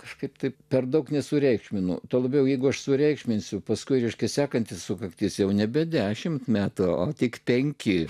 kažkaip taip per daug nesureikšminu tuo labiau jeigu aš sureikšminsiu paskui reiškia sekanti sukaktis jau nebe dešimt metų o tik penki